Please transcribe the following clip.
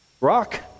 rock